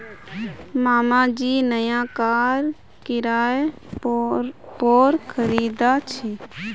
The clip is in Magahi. मामा जी नया कार किराय पोर खरीदा छे